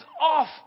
off